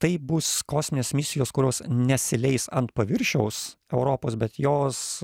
tai bus kosminės misijos kurios nesileis ant paviršiaus europos bet jos